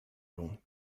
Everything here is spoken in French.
long